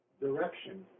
direction